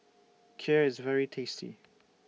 Kheer IS very tasty